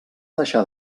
deixar